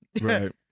Right